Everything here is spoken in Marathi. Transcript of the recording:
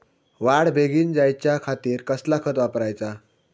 वाढ बेगीन जायच्या खातीर कसला खत वापराचा?